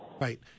right